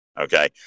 Okay